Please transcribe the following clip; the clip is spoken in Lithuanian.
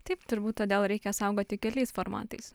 taip turbūt todėl reikia saugoti keliais formatais